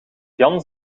jan